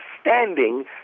standing